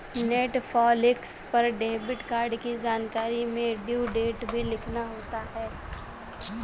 Netflix पर debit card की जानकारी में ड्यू डेट भी लिखना होता है